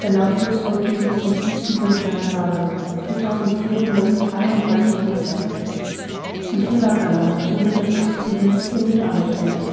der nautilus folgte ihm bis zum tiefsten punkt seiner lage viertausendvierhunderteinunddreißig meter und hier lag er noch ohne daß das ziehen irgend anstrengte